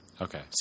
Okay